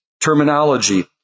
terminology